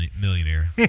millionaire